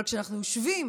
אבל כשאנחנו יושבים